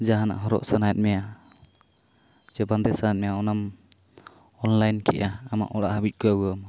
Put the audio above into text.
ᱡᱟᱦᱟᱱᱟᱜ ᱦᱚᱨᱚᱜ ᱥᱟᱱᱟᱭᱮᱫ ᱢᱮᱭᱟ ᱥᱮ ᱵᱟᱰᱮᱸ ᱥᱟᱱᱟᱭᱮᱫ ᱢᱮᱭᱟ ᱚᱱᱟᱢ ᱚᱱᱞᱟᱭᱤᱱ ᱠᱮᱜᱼᱟ ᱟᱢᱟᱜ ᱚᱲᱟᱜ ᱦᱟᱹᱵᱤᱡ ᱠᱚ ᱟᱹᱜᱩᱣᱟᱢᱟ